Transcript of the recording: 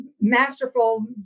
masterful